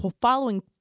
following